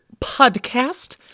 podcast